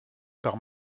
par